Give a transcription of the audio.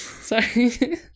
sorry